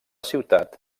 ciutat